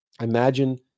imagine